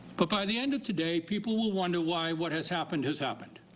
but by the end of today people will wonder why what has happened has happened.